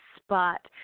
spot